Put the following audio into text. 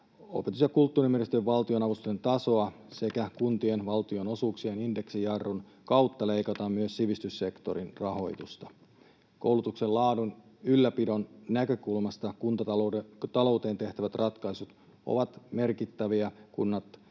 opetus- ja kulttuuriministeriön valtionavustuksen tasoa sekä kuntien valtionosuuksien indeksijarrun kautta leikataan myös sivistyssektorin rahoitusta. Koulutuksen laadun ylläpidon näkökulmasta kuntatalouteen tehtävät ratkaisut ovat merkittäviä. Kunnat